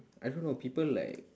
I don't know people like